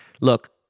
Look